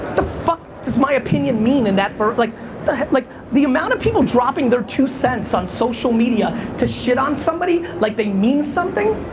the fuck does my opinion mean. and but like the like the amount of people dropping their two cents on social media to shit on somebody like they mean something?